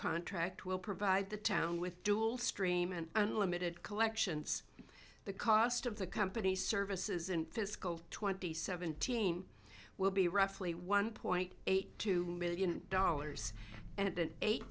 contract will provide the town with dual stream an unlimited collections the cost of the company's services in fiscal twenty seven team will be roughly one point eight two million dollars and an eight